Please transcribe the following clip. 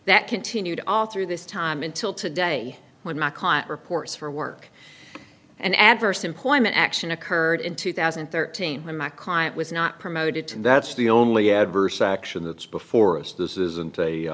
that continued all through this time until today when my client reports for work an adverse employment action occurred in two thousand and thirteen when my client was not promoted to that's the only adverse action that's before us this isn't a